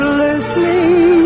listening